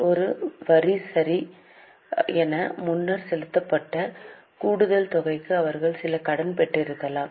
ஒரு வரி சரி என முன்னர் செலுத்தப்பட்ட கூடுதல் தொகைக்கு அவர்கள் சில கடன் பெற்றிருக்கலாம்